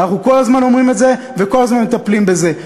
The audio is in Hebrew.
אנחנו כל הזמן אומרים את זה וכל הזמן מטפלים בזה.